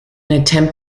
attempt